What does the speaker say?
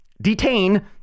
detain